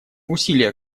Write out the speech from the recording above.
усилия